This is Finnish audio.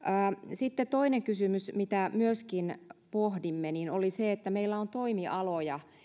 sitten toinen kysymys mitä myöskin pohdimme oli se että meillä on toimialoja